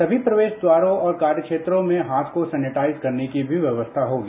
समी प्रवेश द्वारों और कार्य क्षेत्रों में राथ को सेनेटाइज करने की व्यवस्था होगी